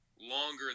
longer